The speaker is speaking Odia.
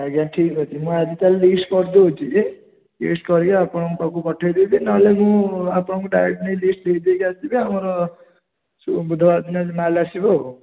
ଆଜ୍ଞା ଠିକ୍ ଅଛି ମୁଁ ଆଜି ତା'ହେଲେ ଲିଷ୍ଟ୍ କରି ଦେଉଛି ଲିଷ୍ଟ୍ କରିକି ଆପଣଙ୍କ ପାଖକୁ ପଠାଇଦେବି ନହେଲେ ମୁଁ ଆପଣଙ୍କୁ ଡାଇରେକ୍ଟ୍ ନେଇକି ଲିଷ୍ଟ୍ ଦେଇ ଦେଇକି ଆସିବି ଆମର ବୁଧବାର ଦିନ ମାଲ୍ ଆସିବ ଆଉ